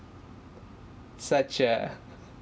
such a